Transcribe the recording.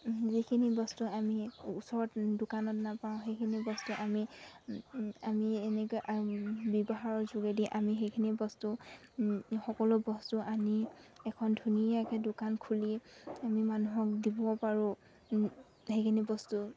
যিখিনি বস্তু আমি ওচৰত দোকানত নাপাওঁ সেইখিনি বস্তু আমি আমি এনেকৈ ব্যৱহাৰৰ যোগেদি আমি সেইখিনি বস্তু সকলো বস্তু আনি এখন ধুনীয়াকৈ দোকান খুলি আমি মানুহক দিব পাৰোঁ সেইখিনি বস্তু